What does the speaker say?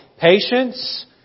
Patience